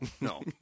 no